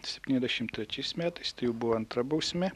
septyniasdešimt trečiais metais tai buvo antra bausmė